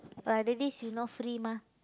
but at least you know free mah